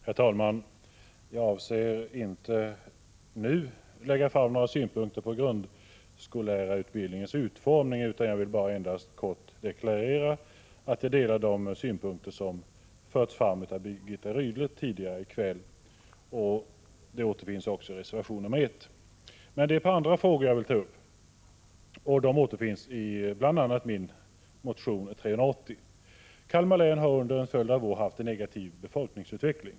Herr talman! Jag avser inte att nu framföra några synpunkter på grundskollärarutbildningen, utan vill endast kort deklarera att jag delar de ståndpunkter som tidigare här i kväll har redovisats av Birgitta Rydle, vilka också återfinns i reservation 1. Men det är ett par andra frågor som jag vill ta upp, och de återfinns bl.a. i min motion 380. Kalmar län har under en följd av år haft en negativ befolkningsutveckling.